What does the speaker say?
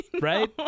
right